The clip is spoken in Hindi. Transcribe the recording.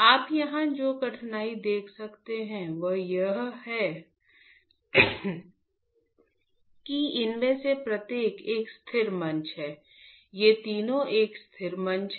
आप यहां जो कठिनाई देख सकते हैं वह यह है कि इनमें से प्रत्येक एक स्थिर मंच है ये तीनों एक स्थिर मंच है